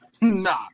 Nah